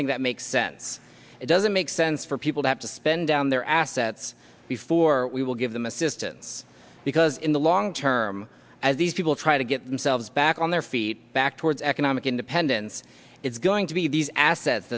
think that makes sense it doesn't make sense for people to have to spend down their assets before we will give them assistance because in the long term as these people try to get themselves back on their feet back towards economic independence it's going to be these assets